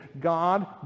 god